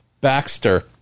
Baxter